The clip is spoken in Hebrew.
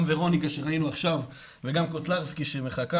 גם ורוניקה שראינו עכשיו וגם קוטלנסקי שמחכה